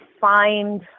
find